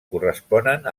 corresponen